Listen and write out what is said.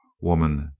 woman,